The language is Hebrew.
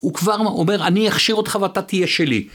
הוא כבר אומר אני אכשיר אותך ואתה תהיה שלי.